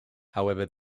however